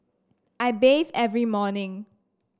I bathe every morning